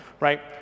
right